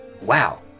Wow